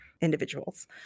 individuals